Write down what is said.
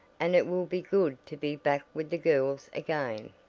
and it will be good to be back with the girls again.